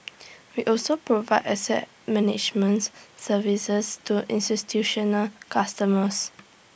we also provide asset managements services to institutional customers